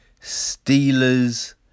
Steelers